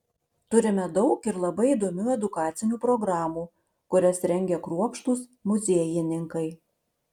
turime daug ir labai įdomių edukacinių programų kurias rengia kruopštūs muziejininkai